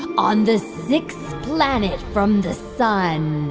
on the sixth planet from the sun.